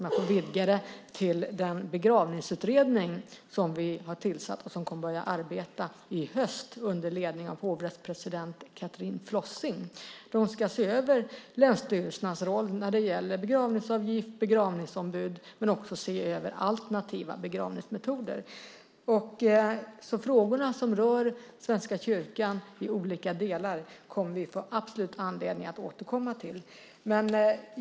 Man vidgar det till den begravningsutredning som vi har tillsatt och som kommer att arbeta i höst under ledning av hovrättspresident Kathrin Flossing. De ska se över länsstyrelsernas roll när det gäller begravningsavgift och begravningsombud, men också alternativa begravningsmetoder. Frågorna som rör Svenska kyrkan i olika delar kommer vi absolut att få anledning att återkomma till.